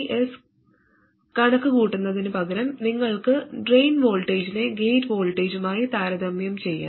VDS കണക്കുകൂട്ടുന്നതിനുപകരം നിങ്ങൾക്ക് drain വോൾട്ടേജിനെ ഗേറ്റ് വോൾട്ടേജുമായി താരതമ്യം ചെയ്യാം